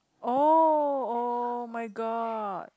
oh [oh]-my-god